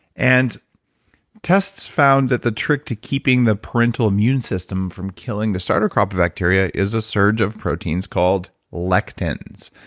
and tests found that the trick to keeping the parental immune system from killing the starter crop of bacteria is a surge of proteins called lectins.